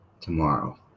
tomorrow